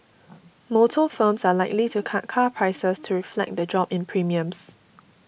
motor firms are likely to cut car prices to reflect the drop in premiums